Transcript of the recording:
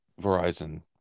verizon